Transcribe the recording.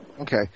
Okay